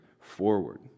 forward